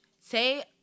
say